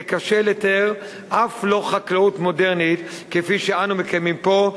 וגם קשה לתאר חקלאות מודרנית כפי שאנו מקיימים פה,